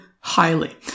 Highly